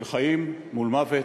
של חיים מול מוות,